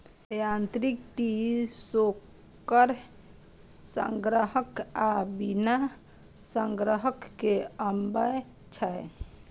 यांत्रिक tree shaker संग्राहक आ बिना संग्राहक के आबै छै